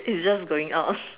is just going out